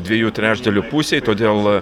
dviejų trečdalių pusėj todėl